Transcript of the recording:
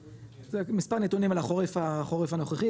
מספר נתונים על החורף הנוכחי,